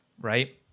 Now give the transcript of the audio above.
right